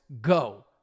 go